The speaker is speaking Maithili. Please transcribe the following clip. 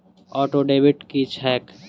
ऑटोडेबिट की छैक?